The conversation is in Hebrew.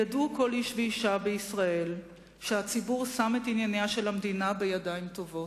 ידעו כל איש ואשה בישראל שהציבור שם את ענייניה של המדינה בידיים טובות.